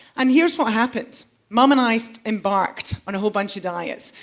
and here's what happened mom and i so embarked on a whole bunch of diets.